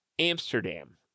Amsterdam